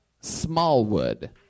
Smallwood